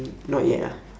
not yet ah